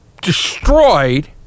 destroyed